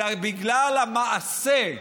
אלא בגלל המעשה.